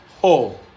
whole